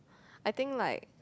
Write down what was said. I think like